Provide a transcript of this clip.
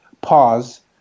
pause